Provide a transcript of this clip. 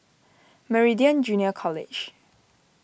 Meridian Junior College